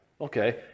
Okay